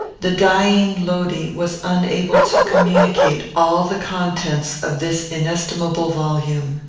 the dying lodi was unable to communicate all the contents of this inestimable volume.